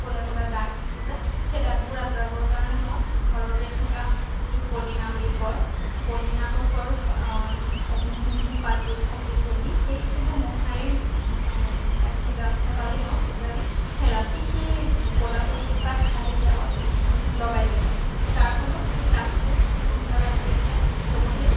ক'লা ক'লা দাগ থাকি যায় সেই দাগবোৰ আঁতৰাবৰ কাৰণে মই ঘৰতে থকা যিটো পদিনা বুলি কয় সেই পদিনা গছৰ যিটো মিহি মিহি পাতবোৰ থাকে কলি সেই সেইবোৰ মোহাৰি থেতালি লওঁ থেতালি সেই ৰাতি সেই ক'লা পৰি থকা ঠাইবিলাকত লগাই দিওঁ তাৰফলত সেই দাগবোৰ সোনকালে আঁতৰি যায় লগতে